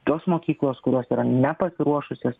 tos mokyklos kurios yra nepasiruošusios